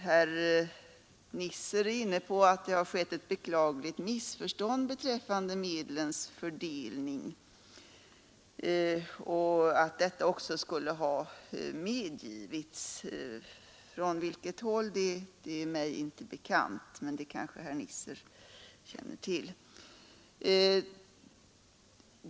Herr Nisser är inne på att det har skett ett beklagligt missförstånd beträffande medlens fördelning och att detta också skulle ha medgivits — från vilket håll är mig inte bekant, men det kanske herr Nisser känner till.